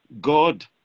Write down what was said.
God